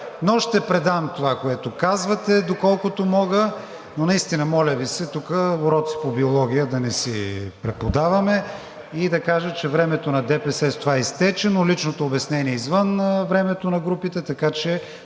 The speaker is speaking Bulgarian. Но ще предам това, което казвате, доколкото мога, но наистина, моля Ви, тук уроци по биология да не си преподаваме. И да кажа, че времето на ДПС с това изтече, но личното обяснение е извън времето на групите. Така че